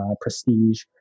prestige